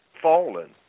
fallen